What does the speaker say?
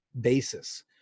basis